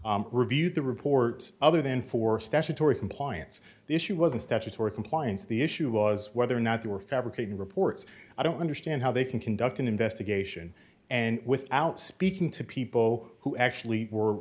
reviewed the report other than for statutory compliance the issue wasn't statutory compliance the issue was whether or not they were fabricating reports i don't understand how they can conduct an investigation and without speaking to people who actually were